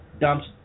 dumps